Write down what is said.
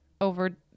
over